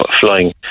flying